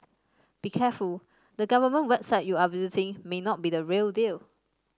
be careful the government website you are visiting may not be the real deal